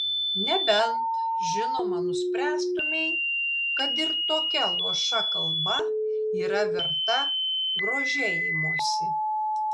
nebent žinoma nuspręstumei kad ir tokia luoša kalba yra verta grožėjimosi